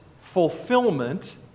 fulfillment